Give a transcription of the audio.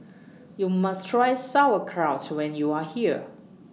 YOU must Try Sauerkraut when YOU Are here